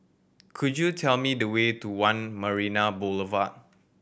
could you tell me the way to One Marina Boulevard